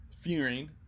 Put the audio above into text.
fearing